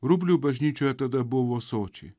rublių bažnyčioje tada buvo sočiai